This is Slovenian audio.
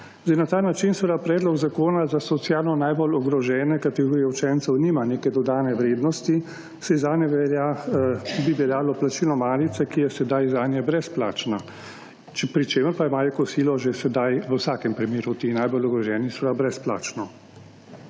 na ta način seveda predlog zakona za socialno najbolj ogrožene kategorije učencev nima neke dodane vrednosti, saj zanje bi veljalo plačilo malice, ki je sedaj zanje brezplačna, pri čemer imajo pa kosilo že sedaj v vsakem primeru te najbolj ogroženi brezplačno.